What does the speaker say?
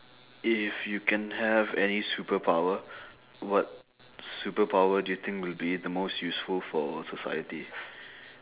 if you can have any superpower what superpower do you think will be the most useful for society